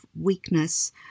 weakness